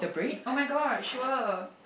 oh-my-god sure